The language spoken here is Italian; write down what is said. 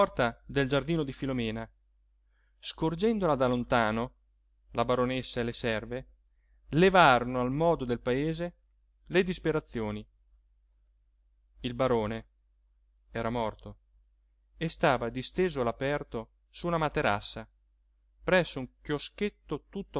del giardino di filomena scorgendola da lontano la baronessa e le serve levarono al modo del paese le disperazioni il barone era morto e stava disteso all'aperto su una materassa presso un chioschetto